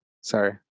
Sorry